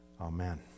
Amen